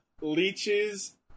leeches